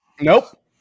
Nope